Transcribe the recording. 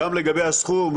גם לגבי הסכום,